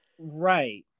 right